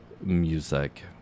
music